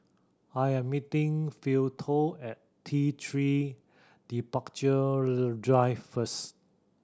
I am meeting Philo at T Three Departure Drive first